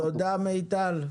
תודה רבה.